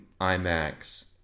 IMAX